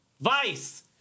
Vice